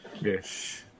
Yes